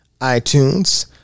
iTunes